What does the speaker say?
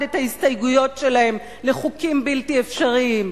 את ההסתייגויות שלהם לחוקים בלתי אפשריים?